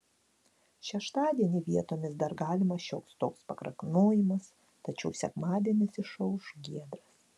šeštadienį vietomis dar galimas šioks toks pakrapnojimas tačiau sekmadienis išauš giedras